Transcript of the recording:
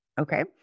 Okay